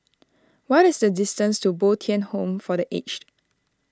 what is the distance to Bo Tien Home for the Aged